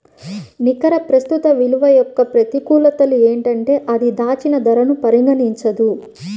నికర ప్రస్తుత విలువ యొక్క ప్రతికూలతలు ఏంటంటే అది దాచిన ధరను పరిగణించదు